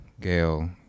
Gail